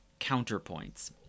counterpoints